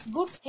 Good